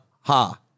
Ha